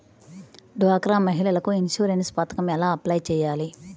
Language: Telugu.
డ్వాక్రా మహిళలకు ఇన్సూరెన్స్ పథకం ఎలా అప్లై చెయ్యాలి?